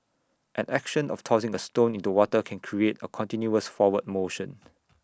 an action of tossing A stone into water can create A continuous forward motion